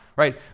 right